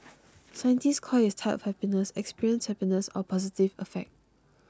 scientists call his type of happiness experienced happiness or positive affect